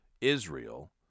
Israel